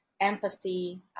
empathy